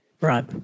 Right